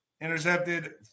intercepted